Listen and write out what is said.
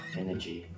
energy